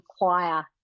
require